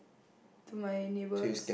to my neighbors